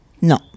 No